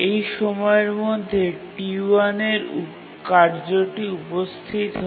এই সময়ের মধ্যে T1 এর কার্যটি উপস্থিত হয়